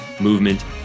movement